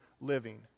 living